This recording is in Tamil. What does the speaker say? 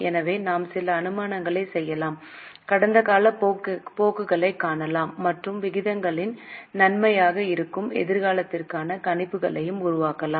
எனவே நாம் சில அனுமானங்களை செய்யலாம் கடந்த கால போக்குகளைக் காணலாம் மற்றும் விகிதங்களின் நன்மையாக இருக்கும் எதிர்காலத்திற்கான கணிப்புகளை உருவாக்கலாம்